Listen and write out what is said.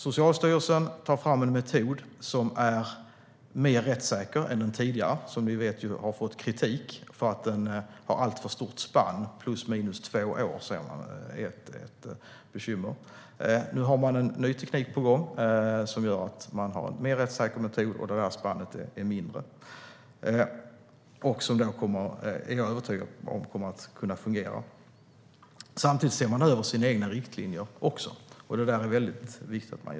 Socialstyrelsen tar fram en metod som är mer rättssäker än den tidigare, som vi ju vet har fått kritik för att den har ett alltför stort spann - plus minus två år. Det ser man är ett bekymmer. Nu har man en ny teknik på gång som gör att man har en mer rättssäker metod där spannet är mindre. Jag är övertygad om att den kommer att kunna fungera. Samtidigt ser man över sina egna riktlinjer, vilket är väldigt viktigt.